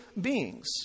beings